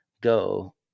go